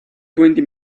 twenty